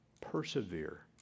persevere